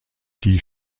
die